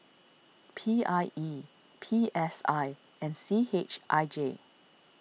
P I E P S I and C H I J